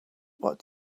what